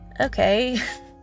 okay